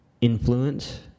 influence